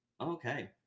Okay